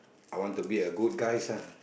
I want to be a good guys ah